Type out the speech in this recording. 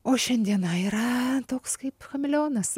o šiandiena yra toks kaip chameleonas